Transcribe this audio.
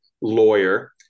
lawyer